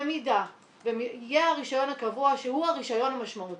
במידה ויהיה הרישיון הקבוע שהוא הרישיון המשמעותי,